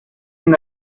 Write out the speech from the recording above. ihn